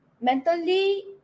mentally